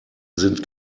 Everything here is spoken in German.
sind